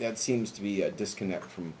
that seems to be a disconnect from